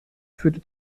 führte